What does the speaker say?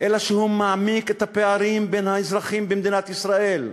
אלא שהוא מעמיק את הפערים בין האזרחים במדינת ישראל.